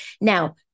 Now